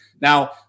Now